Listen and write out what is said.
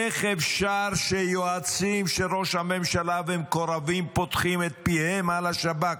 איך אפשר שיועצים של ראש הממשלה ומקורבים פותחים את פיהם על השב"כ?